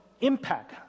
impact